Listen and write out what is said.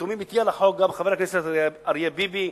חתומים אתי על החוק חברי הכנסת אריה ביבי,